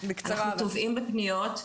אנחנו טובעים בפניות,